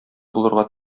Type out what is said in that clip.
булырга